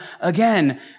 again